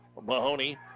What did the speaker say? Mahoney